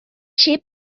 cheap